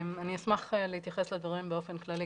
אני אשמח להתייחס לדברים באופן כללי,